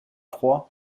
froid